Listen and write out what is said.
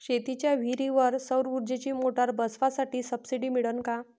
शेतीच्या विहीरीवर सौर ऊर्जेची मोटार बसवासाठी सबसीडी मिळन का?